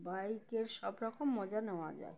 বাইকের সব রকম মজা নেওয়া যায়